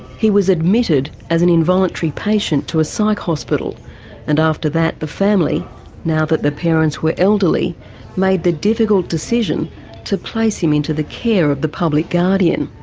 he was admitted as an involuntary patient to a psych hospital and after that the family now that the parents were elderly made the difficult decision to place him into the care of the public guardian.